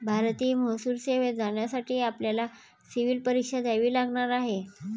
भारतीय महसूल सेवेत जाण्यासाठी आपल्याला सिव्हील परीक्षा द्यावी लागणार आहे